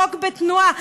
חוק בתנועה.